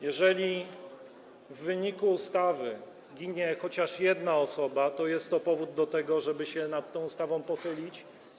Jeżeli w wyniku ustawy ginie chociaż jedna osoba, to jest to powód do tego, żeby się nad tą ustawą pochylić.